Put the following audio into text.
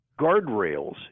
guardrails